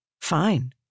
Fine